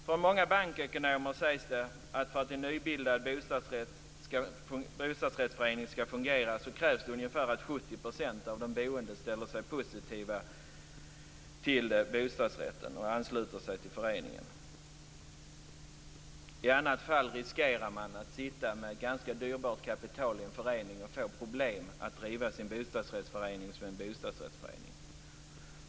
Från många bankekonomer sägs det att det, för att en nybildad bostadsrättsförening skall fungera, krävs att ungefär 70 % av de boende ställer sig positiva till bostadsrätten och ansluter sig till föreningen. I annat fall riskerar man att sitta med ganska dyrbart kapital i en förening och få problem med att driva sin förening som en bostadsrättsförening.